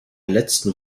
letzten